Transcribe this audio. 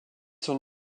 sont